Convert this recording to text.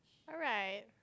alright